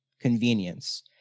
Convenience